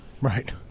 Right